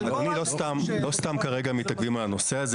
אבל אל תגידו --- לא סתם מתעכבים על הנושא הזה.